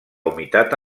humitat